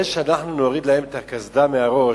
זה שאנחנו נוריד להם את הקסדה מהראש,